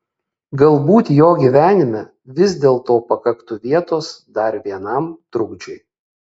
galbūt jo gyvenime vis dėlto pakaktų vietos dar vienam trukdžiui